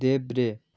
देब्रे